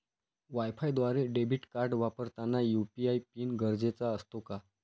वायफायद्वारे debit card वापरताना UPI PIN गरजेचा असतो का?